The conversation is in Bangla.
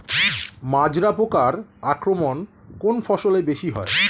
মাজরা পোকার আক্রমণ কোন ফসলে বেশি হয়?